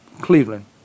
Cleveland